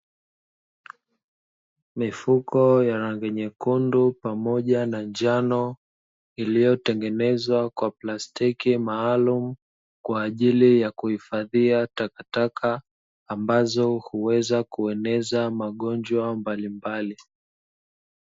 Mifuko ya rangi nyekundu pamoja na njano, iliyotengenezwa kwa plastiki maalumu, kwa ajili ya kuhifadhia takataka ambazo huweza kueneza magonjwa mbalimbali.